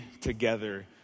together